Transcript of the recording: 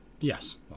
yes